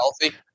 healthy